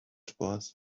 spaß